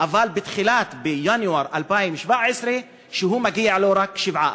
אבל בינואר 2017, רק 7%?